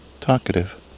talkative